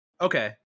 okay